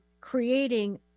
creating